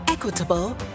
equitable